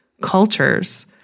cultures